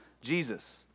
Jesus